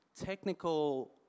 technical